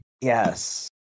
Yes